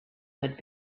had